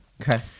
Okay